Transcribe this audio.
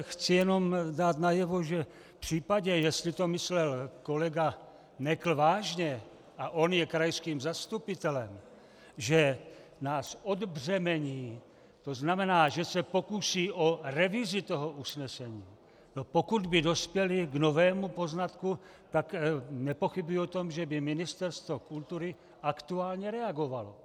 Chci jenom dát najevo, že v případě, jestli to myslel kolega Nekl vážně, a on je krajským zastupitelem, že nás odbřemení, to znamená, že se pokusí o revizi usnesení, pokud by dospěli k novému poznatku, tak nepochybuji o tom, že by Ministerstvo kultury aktuálně reagovalo.